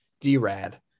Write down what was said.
D-Rad